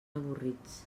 avorrits